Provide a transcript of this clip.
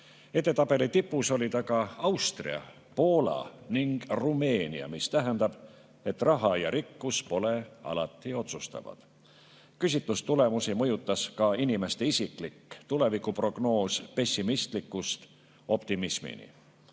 Edetabeli tipus olid aga Austria, Poola ning Rumeenia, mis tähendab, et raha ja rikkus pole alati otsustavad. Küsitlustulemusi mõjutas ka inimeste isiklik tulevikuprognoos pessimistlikust optimistlikuni.